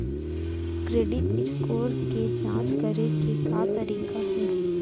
Credit score के जाँच करे के का तरीका हे?